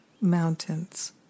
mountains